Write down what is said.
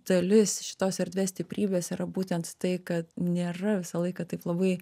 dalis šitos erdvės stiprybės yra būtent tai kad nėra visą laiką taip labai